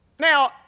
Now